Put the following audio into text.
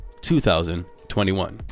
2021